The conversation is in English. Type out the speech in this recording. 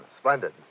Splendid